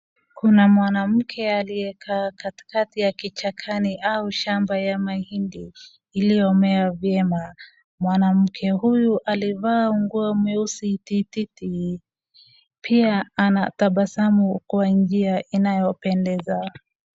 Kuna mwanamke aliyekaa katikati ya kichakani au shamba ya mahindi iliomea vyema. Mwanamke huyu alivaa nguo meusi tititi, pia anatabasamu kwa njia inayopendeza.